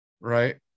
right